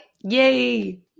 Yay